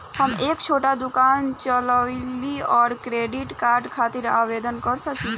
हम एक छोटा दुकान चलवइले और क्रेडिट कार्ड खातिर आवेदन कर सकिले?